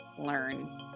learn